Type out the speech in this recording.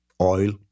oil